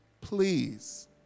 Please